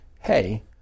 hey